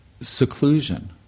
Seclusion